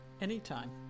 anytime